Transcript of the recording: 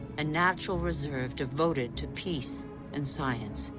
a natural reserve devoted to peace and science.